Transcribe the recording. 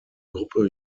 gruppe